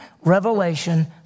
revelation